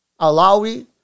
Alawi